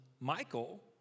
Michael